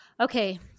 Okay